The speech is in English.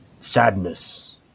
sadness